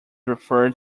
referred